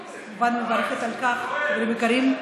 מברכת על כך, חברים יקרים,